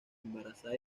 embarazada